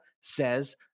says